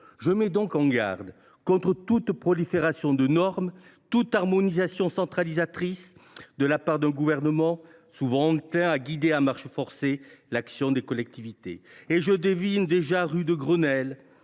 Je mets donc en garde contre toute prolifération de normes, toute harmonisation centralisatrice imposée par un gouvernement souvent enclin à guider à marche forcée l’action des collectivités. Or je devine déjà, rue de Grenelle,